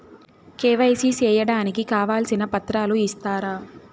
KYC సేయడానికి కావాల్సిన పత్రాలు ఇస్తారా?